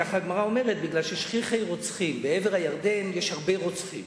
ככה הגמרא אומרת כי שם "שכיחי רוצחים"; בעבר הירדן יש הרבה רוצחים.